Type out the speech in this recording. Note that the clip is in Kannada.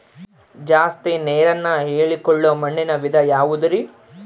ಜಾಸ್ತಿ ನೇರನ್ನ ಹೇರಿಕೊಳ್ಳೊ ಮಣ್ಣಿನ ವಿಧ ಯಾವುದುರಿ?